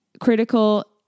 critical